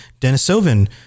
Denisovan